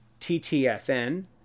TTFN